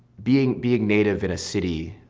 being being native in a city